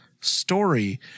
story